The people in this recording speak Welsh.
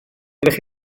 dydych